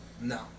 no